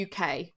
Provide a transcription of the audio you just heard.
UK